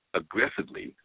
aggressively